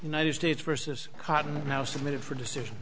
united states versus cotton now submitted for decision